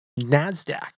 NASDAQ